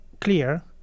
clear